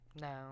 No